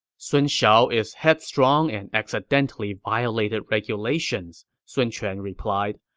sun shao is headstrong and accidentally violated regulations, sun quan replied.